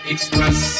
Express